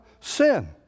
sin